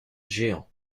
géant